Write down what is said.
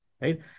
right